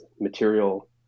material